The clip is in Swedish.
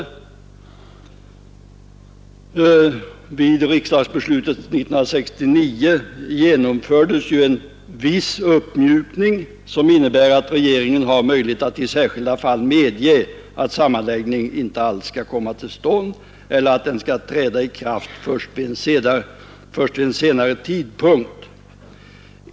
I samband med riksdagsbeslutet 1969 företogs en viss uppmjukning som innebar, att regeringen har möjlighet att i särskilda fall medge att sammanläggningen inte alls skall komma till stånd eller att den skall träda i kraft först vid en senare tidpunkt.